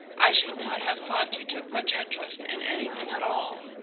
i should not have thought you took much interest in anything at all.